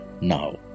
now